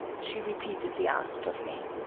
she repeatedly asked of me.